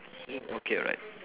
mm okay alright